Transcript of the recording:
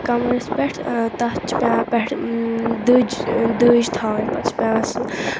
کَمرَس پیٚٹھ آ تَتھ چھِ پیٚوان پیٚٹھٕ دٔج آ دٔج تھاوٕنۍ پَتہٕ چھُ پیٚوان سُہ